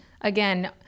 again